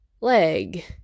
leg